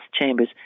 chambers